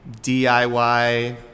DIY